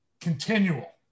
continual